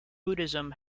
buddhism